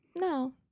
No